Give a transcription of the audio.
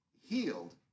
healed